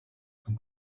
from